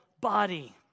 body